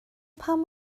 pam